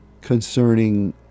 concerning